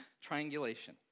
Triangulation